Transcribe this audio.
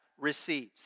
receives